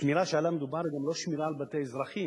השמירה שעליה מדובר היא גם לא שמירה על בתי אזרחים,